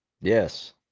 Yes